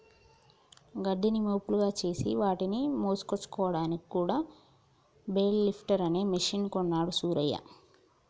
గడ్డిని మోపులుగా చేసి వాటిని మోసుకొచ్చాడానికి కూడా బెల్ లిఫ్టర్ అనే మెషిన్ కొన్నాడు సూరయ్య